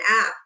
app